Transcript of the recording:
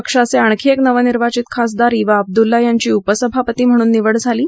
पक्षाचे आणखी एक नवनिर्वाचित खासदार वि अब्दुल्ला यांची उपसभापती म्हणून निवड झाली आहे